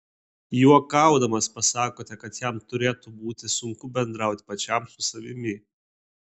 juokaudamas pasakote kad jam turėtų būti sunku bendrauti pačiam su savimi